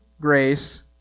grace